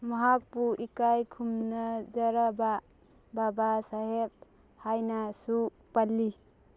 ꯃꯍꯥꯛꯄꯨ ꯏꯀꯥꯏ ꯈꯨꯝꯅꯖꯔꯕ ꯕꯕꯥ ꯁꯥꯍꯦꯕ ꯍꯥꯏꯅꯁꯨ ꯄꯜꯂꯤ